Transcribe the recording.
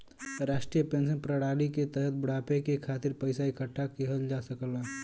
राष्ट्रीय पेंशन प्रणाली के तहत बुढ़ापे के खातिर पइसा इकठ्ठा किहल जा सकला